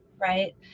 right